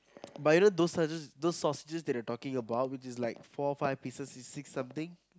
but you know those sausages those sausages that you're talking about which is like four five pieces it's six something